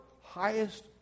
highest